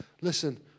listen